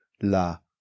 la